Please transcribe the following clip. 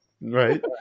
Right